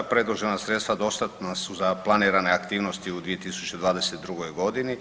Predložena sredstva dostatna su za planirane aktivnosti u 2022. godini.